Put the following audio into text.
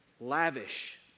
Lavish